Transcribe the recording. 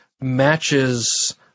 matches